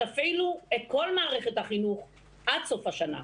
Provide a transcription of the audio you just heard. תפעילו את כל מערכת החינוך עד סוף השנה.